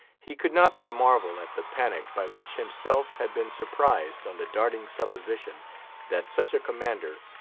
he could not but marvel at the panic by which himself had been surprised, on the darting supposition that such a commander,